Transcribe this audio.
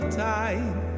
time